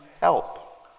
help